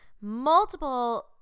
multiple